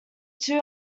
two